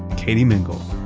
katie mingle,